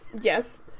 Yes